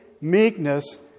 meekness